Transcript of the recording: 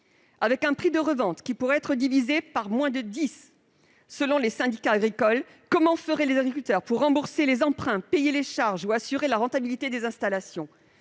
Avec un prix de revente qui pourrait être divisé par au moins dix selon les syndicats agricoles, comment feraient les agriculteurs pour rembourser leurs emprunts, payer les charges ou assurer la rentabilité des installations ?